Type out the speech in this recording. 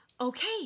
Okay